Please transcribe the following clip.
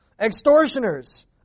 Extortioners